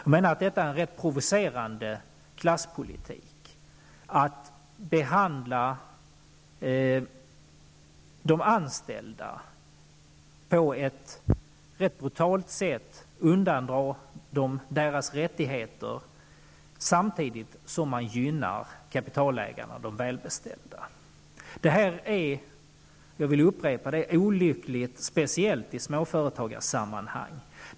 Jag menar att det är en ganska provocerande klasspolitik att behandla de anställda så här. På ett ganska brutalt sätt undandrar man alltså de anställda deras rättigheter samtidigt som man gynnar kapitalägarna, de välbeställda. Detta är olyckligt, jag upprepar det, speciellt i småföretagarsammanhang.